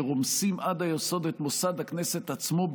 שרומסים עד היסוד את מוסד הכנסת עצמו,